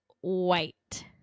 white